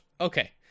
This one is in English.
Okay